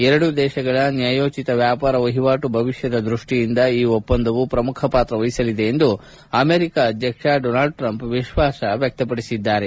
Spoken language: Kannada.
ಎರಡೂ ದೇಶಗಳ ನ್ಯಾಯೋಚಿತ ವ್ಯಾಪಾರ ವಹಿವಾಟು ಭವಿಷ್ಯದ ದೃಷ್ವಿಯಿಂದ ಈ ಒಪ್ಪಂದವು ಪ್ರಮುಖ ಪಾತ್ರ ವಹಿಸಲಿದೆ ಎಂದು ಅಮೆರಿಕ ಅಧ್ಯಕ್ಷ ಡೊನಾಲ್ಡ್ ಟ್ರಂಪ್ ವಿಶ್ವಾಸ ವ್ಯಕ್ತಪಡಿಸಿದ್ದಾರೆ